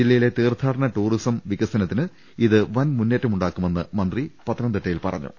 ജില്ലയിലെ തീർത്ഥാടന ടൂറിസ വികസനത്തിന് ഇത് വൻ മുന്നേറ്റം ഉണ്ടാക്കുമെന്നും മന്ത്രി പത്തനംതിട്ടയിൽ പറഞ്ഞു